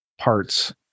parts